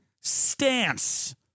stance